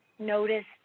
Noticed